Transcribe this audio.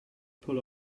pull